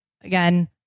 again